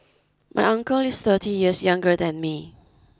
my uncle is thirty years younger than me